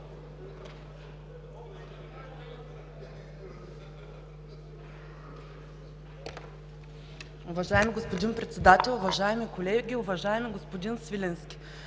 Уважаеми господин Председател, уважаеми колеги! Уважаеми господин